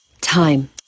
Time